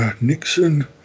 Nixon